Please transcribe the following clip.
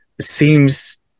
seems